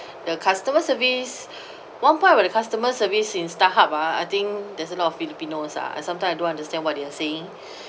the customer service one point about the customer service in starhub ah I think there's a lot of filipinos ah and sometime I don't understand what they are saying